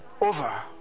over